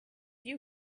you